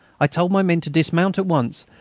i told my men to dismount at once,